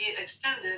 extended